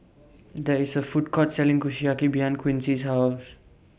There IS A Food Court Selling Kushiyaki behind Quincy's House